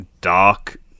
dark